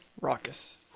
Raucous